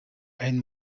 ein